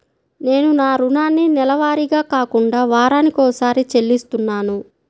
నేను నా రుణాన్ని నెలవారీగా కాకుండా వారానికోసారి చెల్లిస్తున్నాను